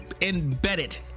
embedded